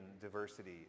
diversity